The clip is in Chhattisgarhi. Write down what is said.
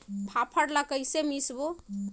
फाफण ला कइसे मिसबो?